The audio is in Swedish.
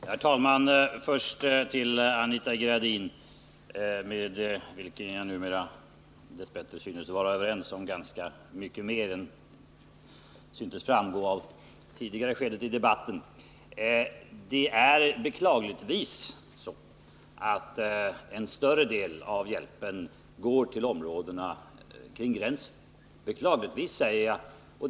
Herr talman! Först skall jag till Anita Gradin, med vilken jag numera dess bättre synes vara överens om ganska mycket mer än vad som tycktes framgå i ett tidigare skede i debatten, säga att det beklagligtvis är så att en större del av hjälpen går till områdena kring gränsen. Beklagligtvis, säger jag.